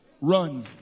Run